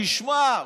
תשמע,